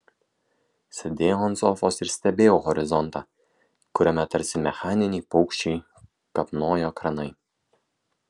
sėdėjau ant sofos ir stebėjau horizontą kuriame tarsi mechaniniai paukščiai kapnojo kranai